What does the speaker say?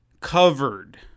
covered